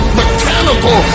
mechanical